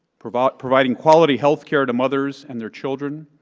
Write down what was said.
providing providing quality healthcare to mothers and their children,